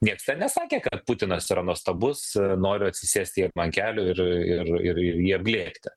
nieks ten nesakė kad putinas yra nuostabus noriu atsisėsti jam ant kelių ir ir ir jį apglėbti